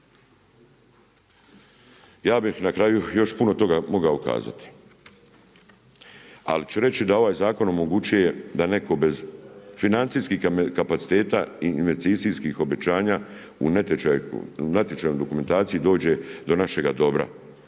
Ja bih na kraju još puno toga mogao kazati. Ali ću reći da ovaj zakon omogućuje da netko bez financijskih kapaciteta i investicijskih obećanja u natječaj dokumentacije, dođe do našega dobro.